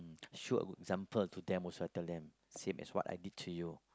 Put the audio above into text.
show example to them or shuttle lane same as what I did to you